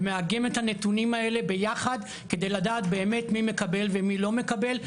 ומאגם את הנתונים האלה ביחד כדי לדעת באמת מי מקבל ומי לא מקבל.